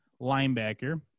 linebacker